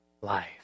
life